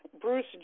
Bruce